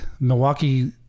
Milwaukee